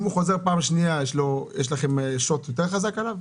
אם הוא חוזר פעם שנייה, יש לכם שוט חזק לגביו?